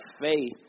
faith